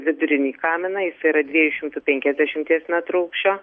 vidurinį kaminą jisai yra dviejų šimtų penkiasdešimties metrų aukščio